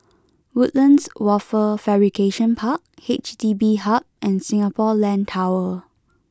Woodlands Wafer Fabrication Park H D B Hub and Singapore Land Tower